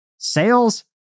sales